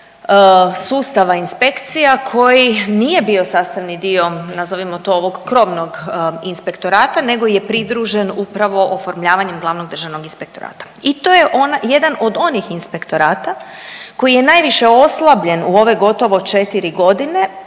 sustava inspekcija koji nije bio sastavni dio nazovimo to ovog krovnog inspektorata, nego je pridružen upravo oformljavanjem Glavnog državnog inspektorata i to je jedan od onih inspektorata koji je najviše oslabljen u ove gotovo 4 godine.